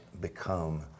become